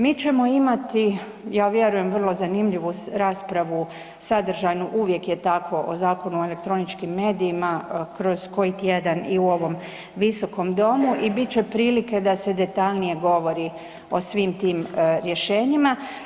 Mi ćemo imati, ja vjerujem vrlo zanimljivu raspravu sadržajnu uvijek je tako o Zakonu o elektroničkim medijima kroz koji tjedan i u ovom Visokom domu bit će prilike da se detaljnije govori o svim tim rješenjima.